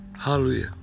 Hallelujah